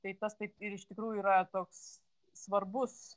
tai tas taip ir iš tikrųjų yra toks svarbus